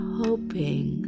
hoping